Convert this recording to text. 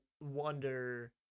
wonder